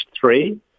three